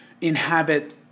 inhabit